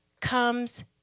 comes